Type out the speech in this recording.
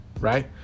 right